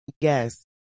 Yes